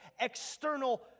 external